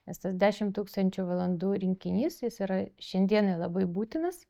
nes tas dešim tūkstančių valandų rinkinys jis yra šiandienai labai būtinas